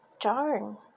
darn